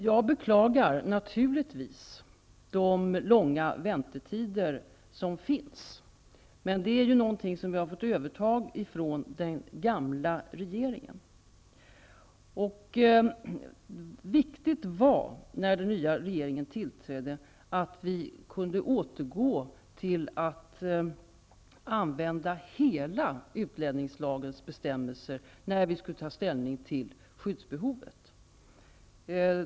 Jag beklagar naturligtvis de långa väntetiderna. Men det är ju något som vi har fått överta från den gamla regeringen. Viktigt när den nya regeringen tillträdde var att vi kunde återgå till att använda helautlänningslagen när vi skulle ta ställning till skyddsbehovet.